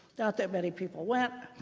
not that many people went.